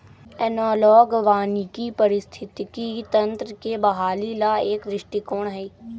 analogue वानिकी पारिस्थितिकी तंत्र के बहाली ला एक दृष्टिकोण हई